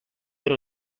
ero